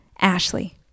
Ashley